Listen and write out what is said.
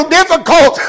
difficult